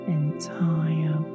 entire